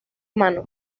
humano